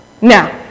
Now